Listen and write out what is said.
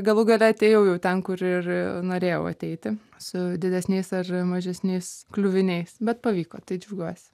galų gale atėjau jau ten kur ir norėjau ateiti su didesniais ar mažesniais kliuviniais bet pavyko tai džiaugiuosi